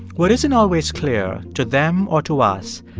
what isn't always clear, to them or to us,